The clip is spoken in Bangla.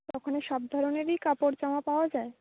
ওখানে সব ধরনেরই কাপড় জামা পাওয়া যায়